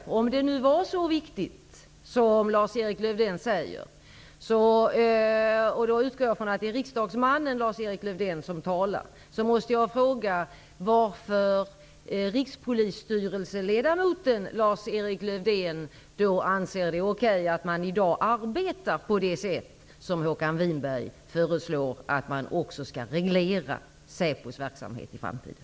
Jag utgår från att det är riksdagsmannen Lars-Erik Lövdén som anser att detta är viktigt, och jag måste därför fråga varför rikspolisstyrelseledamoten Lövdén anser att det är okej att arbeta på det sätt som Håkan Winberg föreslår, dvs. att reglera säpos verksamhet också i framtiden.